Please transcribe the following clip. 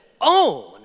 own